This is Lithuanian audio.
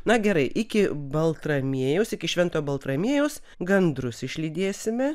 na gerai iki baltramiejaus iki švento baltramiejaus gandrus išlydėsime